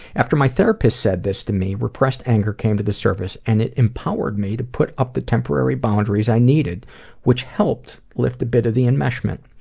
after my therapist said this to me repressed anger came to the service and it empowered me to put up the temporary boundaries i needed which helped lift the bit of the enmeshment.